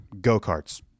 go-karts